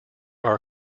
are